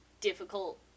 difficult